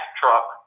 truck